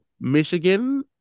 Michigan